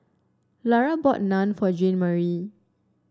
Laura bought Naan for Jeanmarie